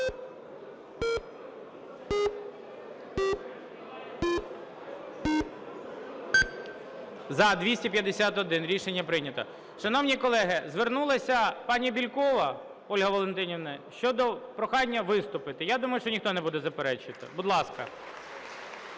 За-251 Рішення прийнято. Шановні колеги, звернулася пані Бєлькова Ольга Валентинівна щодо прохання виступити. Я думаю, що ніхто не буде заперечувати. Будь ласка.